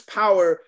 power